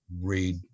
read